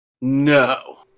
No